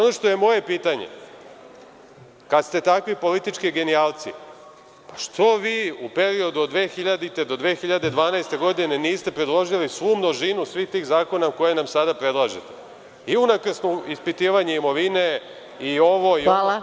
Ono što je moje pitanje, kada ste takvi politički genijalci, što u periodu od 20000.-2012. godine niste predložili svu množinu svih tih zakona koje nam sada predlažete i unakrsno ispitivanje imovine, i ovo i ono.